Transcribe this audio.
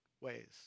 ways